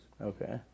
Okay